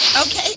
okay